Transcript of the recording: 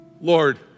Lord